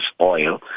oil